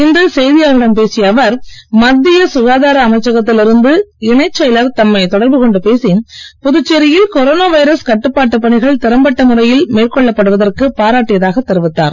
இன்று செய்தியாளர்களிடம் பேசிய அவர் மத்திய சுகாதார அமைச்சகத்தில் இருந்து இணைச் செயலர் தம்மை தொடர்பு கொண்டு பேசி புதுச்சேரியில் கொரோனா வைரஸ் கட்டுப்பாட்டு பணிகள் திறம்பட்ட முறையில் மேற்கொள்ளப் படுவதற்கு பாராட்டியதாக தெரிவித்தார்